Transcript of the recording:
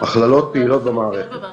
הכללות פעילות במערכת.